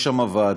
יש שם ועדות,